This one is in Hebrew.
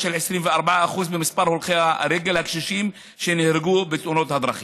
של 24% במספר הולכי הרגל הקשישים שנהרגו בתאונות הדרכים.